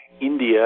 India